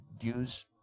use